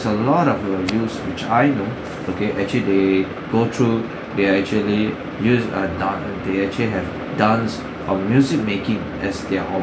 a lot of uh use which I know okay actually they go through they actually used a dan~ they actually have dance or music making as their hobby